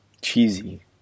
cheesy